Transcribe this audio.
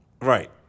Right